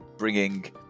Bringing